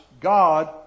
God